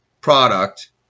product